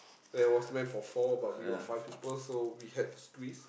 that was meant for four but we were five people so we had to squeeze